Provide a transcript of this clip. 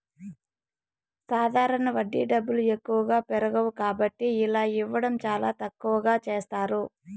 సాధారణ వడ్డీ డబ్బులు ఎక్కువగా పెరగవు కాబట్టి ఇలా ఇవ్వడం చాలా తక్కువగా చేస్తారు